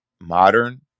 modern